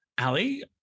Ali